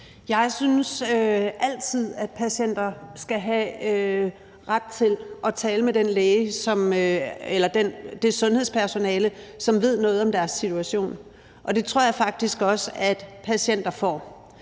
Jeg synes, at patienter altid skal have ret til at tale med det sundhedspersonale, som ved noget om deres situation, og det tror jeg faktisk også patienter har.